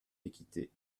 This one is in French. l’équité